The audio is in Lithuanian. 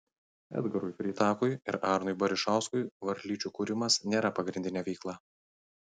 edgarui freitakui ir arnui barišauskui varlyčių kūrimas nėra pagrindinė veikla